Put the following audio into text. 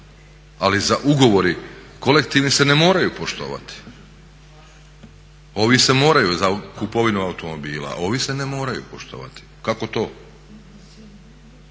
ali zar ugovori kolektivni se ne moraju poštovati, ovi se moraju za kupovinu automobila, a ovi se ne moraju poštovati. Kako to?